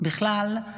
בכלל,